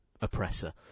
oppressor